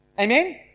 Amen